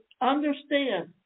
understand